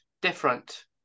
different